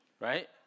right